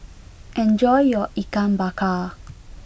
enjoy your Ikan Bakar